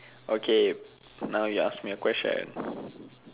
okay now you ask me question